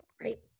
Right